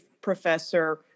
professor